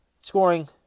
scoring